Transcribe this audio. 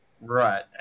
Right